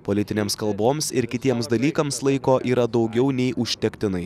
politinėms kalboms ir kitiems dalykams laiko yra daugiau nei užtektinai